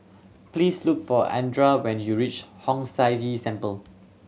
please look for Andra when you reach Hong San See Temple